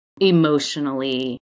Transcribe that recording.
emotionally